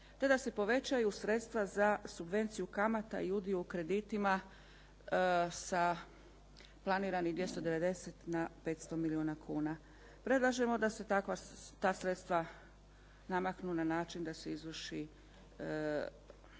te da se povećaju sredstva za subvenciju kamata i udio u kreditima sa planiranih 290 na 500 milijuna kuna. Predlažemo da se takva sredstva namaknu na način da se izvrše